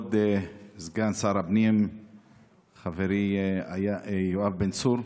כבוד סגן שר הפנים חברי יואב בן צור,